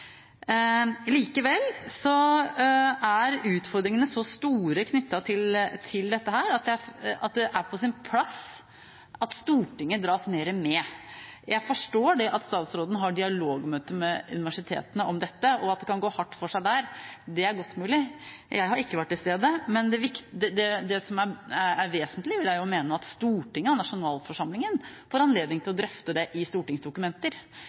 Likevel er utfordringene her så store at det er på sin plass at Stortinget dras mer med. Jeg forstår at statsråden har dialogmøte med universitetene om dette, og at det kan gå hardt for seg der. Det er godt mulig; jeg har ikke vært til stede. Men jeg vil jo mene at det som er vesentlig, er at Stortinget, nasjonalforsamlingen, får anledning til å drøfte det i stortingsdokumenter,